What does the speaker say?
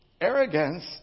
arrogance